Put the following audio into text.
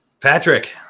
Patrick